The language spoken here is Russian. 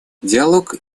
диалог